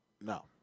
No